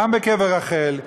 גם בקבר רחל,